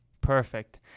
Perfect